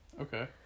Okay